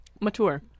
Mature